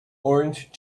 orange